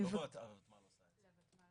--- לוותמ"ל